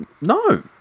No